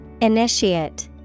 Initiate